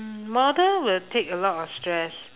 mm model will take a lot of stress